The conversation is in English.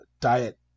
diet